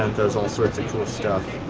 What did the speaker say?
and does all sorts of cool stuff,